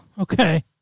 okay